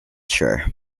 sure